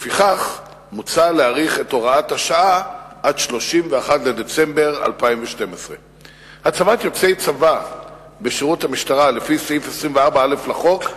לפיכך מוצע להאריך את הוראת השעה עד 31 בדצמבר 2012. הצבת יוצא צבא בשירות המשטרה לפי סעיף 24א לחוק,